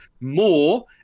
more